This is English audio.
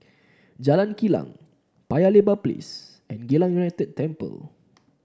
Jalan Kilang Paya Lebar Place and Geylang United Temple